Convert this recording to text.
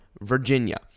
Virginia